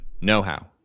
Know-how